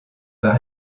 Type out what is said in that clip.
par